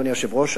אדוני היושב-ראש,